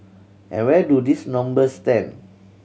and where do these numbers stand